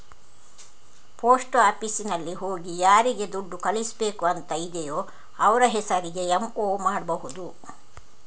post ಆಫೀಸಿನಲ್ಲಿ ಹೋಗಿ ಯಾರಿಗೆ ದುಡ್ಡು ಕಳಿಸ್ಬೇಕು ಅಂತ ಇದೆಯೋ ಅವ್ರ ಹೆಸರಿಗೆ ಎಂ.ಒ ಮಾಡ್ಬಹುದು